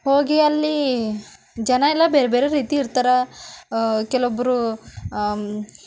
ಹೋಗಿ ಅಲ್ಲಿ ಜನ ಎಲ್ಲ ಬೇರೆಬೇರೆ ರೀತಿ ಇರ್ತಾರೆ ಕೆಲವೊಬ್ರು